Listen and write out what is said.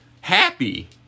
happy